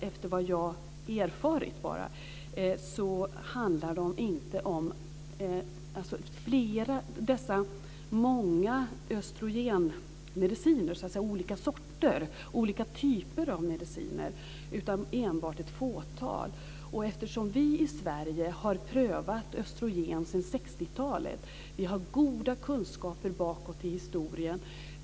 Efter vad jag har erfarit handlar de dessutom inte om flera olika typer av östrogenmediciner, utan enbart om ett fåtal. Eftersom vi i Sverige har prövat östrogen sedan 60-talet har vi goda kunskaper bakåt i historien.